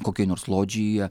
kokioj nors lodžijoje